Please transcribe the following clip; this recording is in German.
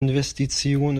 investition